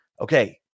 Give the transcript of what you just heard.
Okay